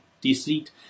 deceit